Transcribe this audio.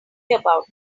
about